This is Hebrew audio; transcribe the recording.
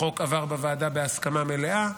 עבר בוועדה בהסכמה מלאה.